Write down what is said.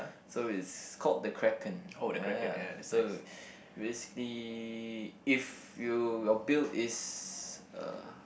so it's called the Kraken ya so basically if you your build is uh